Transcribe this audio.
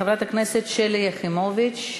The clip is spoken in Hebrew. חברת הכנסת שלי יחימוביץ.